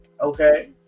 okay